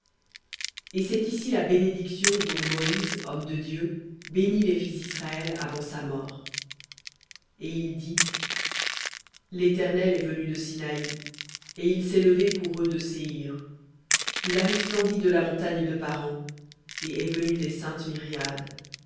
et c'est ici la bénédiction dont moïse homme de dieu bénit les fils d'israël avant sa mort et il dit l'éternel est venu de sinaï et il s'est levé pour eux de séhir il a resplendi de la montagne de paran et est venu des saintes myriades